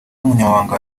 n’umunyamabanga